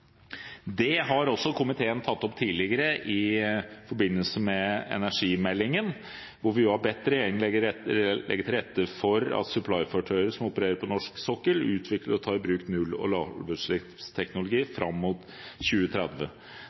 Det har komiteen også tatt opp tidligere, i forbindelse med energimeldingen, hvor vi har bedt regjeringen legge til rette for at supplyfartøyer som opererer på norsk sokkel, utvikler og tar i bruk null- og lavutslippsteknologi fram mot 2030.